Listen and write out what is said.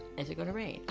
is it going to rain? ah